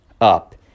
up